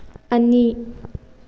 ꯑꯅꯤ